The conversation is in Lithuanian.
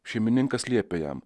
šeimininkas liepė jam